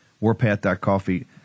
Warpath.coffee